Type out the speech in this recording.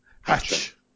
Hatch